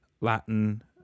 Latin